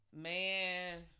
man